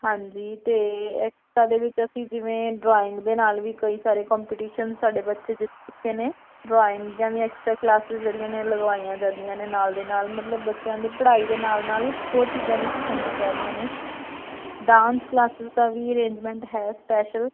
ਹਾਂਜੀ ਅਤੇ ਐਕਸਟਰਾ ਦੇ ਵਿੱਚ ਅਸੀਂ ਜਿਵੇਂ ਡਰਾਇੰਗ ਦੇ ਨਾਲ ਵੀ ਕਈ ਸਾਰੇ ਕੰਪਟੀਸ਼ਨ ਸਾਡੇ ਬੱਚੇ ਜਿੱਤ ਚੁੱਕੇ ਨੇ ਡਰਾਇੰਗ ਦੀਆਂ ਵੀ ਐਕਸਟਰਾ ਕਲਾਸਿਸ ਜਿਹੜੀਆਂ ਨੇ ਉਹ ਲਗਵਾਈਆਂ ਜਾਂਦੀਆਂ ਨੇ ਨਾਲ ਦੇ ਨਾਲ ਮਤਲਬ ਬੱਚਿਆਂ ਦੀ ਪੜ੍ਹਾਈ ਦੇ ਨਾਲ ਨਾਲ ਹੋਰ ਚੀਜ਼ਾਂ ਵੀ ਸਿਖਾਈਆਂ ਜਾ ਰਹੀਆਂ ਨੇ ਡਾਂਸ ਕਲਾਸਿਸ ਦਾ ਵੀ ਅਰੇਂਜਮੈਂਟ ਹੈ ਸਪੈਸ਼ਲ